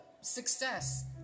success